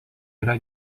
yra